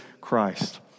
Christ